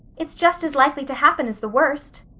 it's just as likely to happen as the worst.